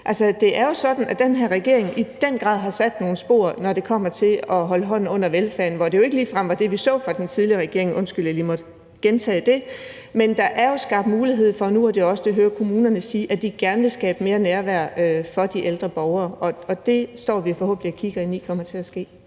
det er jo sådan, at den her regering i den grad har sat nogle spor, når det kommer til at holde hånden under velfærden, hvor det jo ikke ligefrem var det, vi så fra den tidligere regering. Undskyld, jeg lige måtte gentage det, men der er jo skabt mulighed for nu at skabe mere nærvær for de ældre borgere – det er også det, jeg hører kommunerne sige de gerne vil – og det står vi forhåbentlig og kigger ind i kommer til at ske.